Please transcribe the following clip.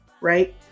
right